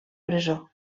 presó